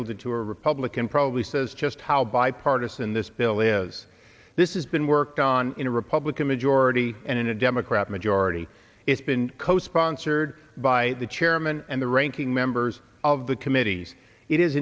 yielded to a republican probably says just how bipartisan this bill is this is been worked on in a republican majority and in a democrat majority it's been co sponsored by the chairman and the ranking members of the committees it is